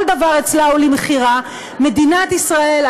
כל דבר אצלה הוא למכירה: מדינת ישראל,